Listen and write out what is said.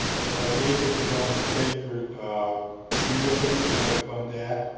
i believe that they're going to state for you building to try to fund that